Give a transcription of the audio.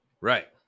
Right